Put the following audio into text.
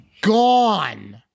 Gone